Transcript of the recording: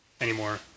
anymore